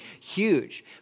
huge